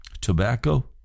tobacco